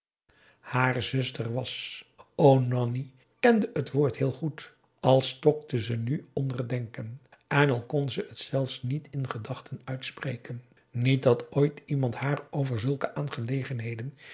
haar zuster was o nanni kende het woord heel goed al stokte ze nu onder het denken en al kon ze het zelfs niet in gedachten uitspreken niet dat ooit iemand haar over zulke aangelegenheden